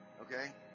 Okay